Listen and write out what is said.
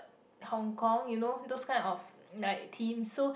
Hong-Kong you know those kind like themes so